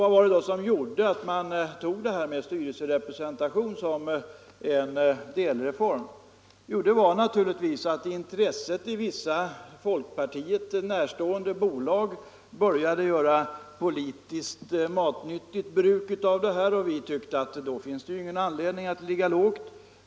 Vad var det då som gjorde att man tog det här med styrelserepresentation som en delreform? Jo, orsaken var naturligtvis att vissa folkpartiet närstående bolag började göra politiskt matnyttigt bruk av tanken på en sådan ordning. Vi tyckte att då fanns det ingen anledning att ligga lågt.